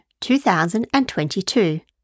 2022